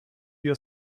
your